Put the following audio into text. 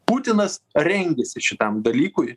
putinas rengėsi šitam dalykui